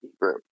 group